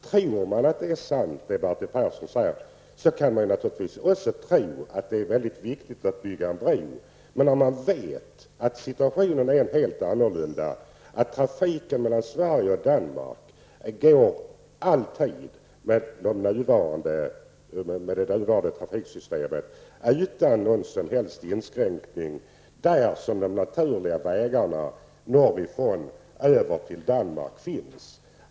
Tror man att det som Bertil Persson säger är sant, kan man, naturligtvis, få oss andra att tro att det är väldigt viktigt att bygga en bro. Men man vet att situationen är en helt annan, att trafiken mellan Sverige och Danmark alltid med nuvarande trafiksystem går utan några som helst inskränkningar när det gäller de naturliga vägarna norrifrån över till Danmark.